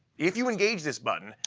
if you engage this button,